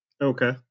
Okay